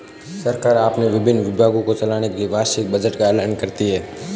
सरकार अपने विभिन्न विभागों को चलाने के लिए वार्षिक बजट का ऐलान करती है